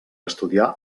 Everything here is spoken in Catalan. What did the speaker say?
estudiar